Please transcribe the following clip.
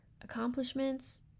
accomplishments